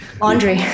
Laundry